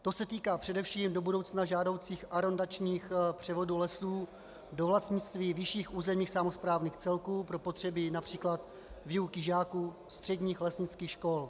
To se týká především do budoucna žádoucích arondačních převodů lesů do vlastnictví vyšších územních samosprávných celků pro potřeby například výuky žáků středních lesnických škol.